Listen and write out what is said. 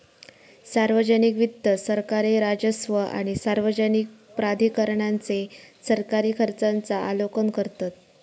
सार्वजनिक वित्त सरकारी राजस्व आणि सार्वजनिक प्राधिकरणांचे सरकारी खर्चांचा आलोकन करतत